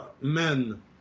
men